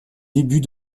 débuts